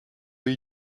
you